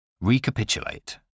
Recapitulate